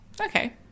Okay